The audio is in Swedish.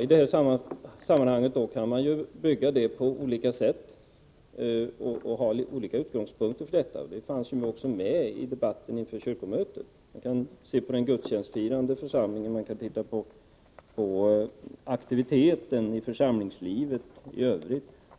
I detta sammanhang kan man naturligtvis ha olika utgångspunkter, vilket också noterades i debatten inför kyrkomötet. Man kan t.ex. ta hänsyn till den gudstjänstfirande församlingen eller aktiviteten i församlingslivet i övrigt.